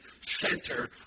center